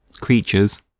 creatures